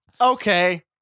okay